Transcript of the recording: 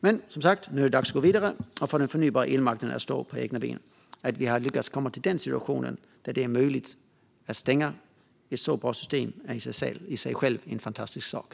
Men, som sagt, nu är det dags att gå vidare och dags för den förnybara elmarknaden att stå på egna ben. Att vi har lyckats komma till en situation där det är möjligt att stänga ett så bra system är i sig en fantastisk sak.